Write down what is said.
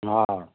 हा